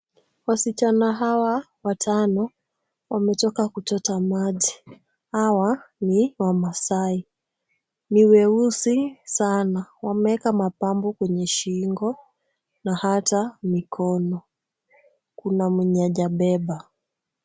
Wasichana hawa watano wametoka kuchota maji, hawa ni wamasai, ni weusi sana. Wameeka mapambo kwenye shingo na hata mikono. Kuna mwenye hajabeba.